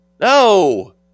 no